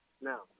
Now